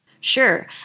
Sure